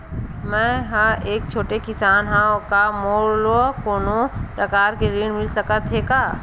मै ह एक छोटे किसान हंव का मोला कोनो प्रकार के ऋण मिल सकत हे का?